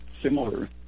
similar